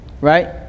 Right